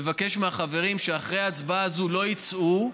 אני מבקש מהחברים שאחרי ההצבעה הזאת לא יצאו,